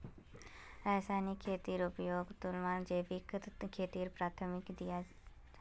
रासायनिक खेतीर उपयोगेर तुलनात जैविक खेतीक प्राथमिकता दियाल जाहा